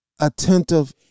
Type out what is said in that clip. attentive